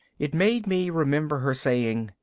it made me remember her saying,